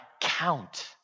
count